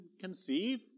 conceive